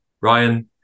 Ryan